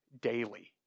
Daily